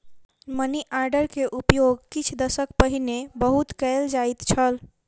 money order के उपयोग किछ दशक पहिने बहुत कयल जाइत छल